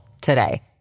today